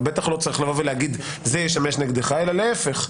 אבל בטח לא צריך לומר שזה ישמש נגדך אלא להפך,